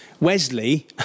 Wesley